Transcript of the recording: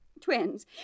Twins